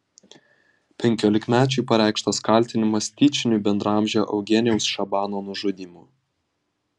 penkiolikmečiui pareikštas kaltinimas tyčiniu bendraamžio eugenijaus šabano nužudymu